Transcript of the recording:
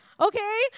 Okay